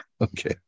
Okay